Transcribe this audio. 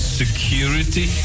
security